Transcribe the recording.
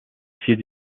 pied